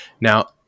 Now